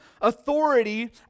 authority